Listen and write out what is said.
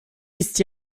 ist